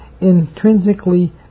intrinsically